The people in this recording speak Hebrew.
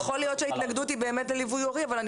יכול להיות שההתנגדות היא באמת לליווי הורי אבל אני